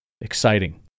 exciting